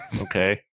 Okay